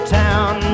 town